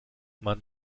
man